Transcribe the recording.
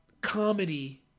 comedy